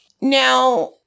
Now